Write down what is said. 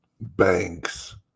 banks